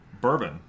bourbon